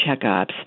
checkups